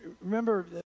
Remember